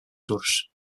tours